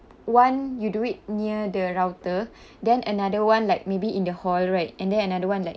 one you do it near the router then another one like maybe in the hall right and then another one like